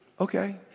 Okay